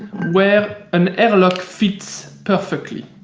where an airlock fits perfectly.